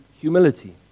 humility